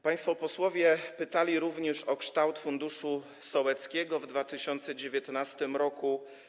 Państwo posłowie pytali również o kształt funduszu sołeckiego w 2019 r.